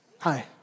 Hi